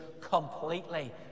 completely